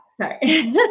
sorry